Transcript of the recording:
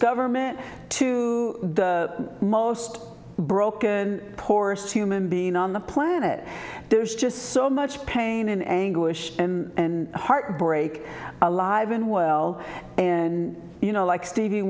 government to the most broken poorest human being on the planet there's just so much pain and anguish and heartbreak alive and well and you know like stevie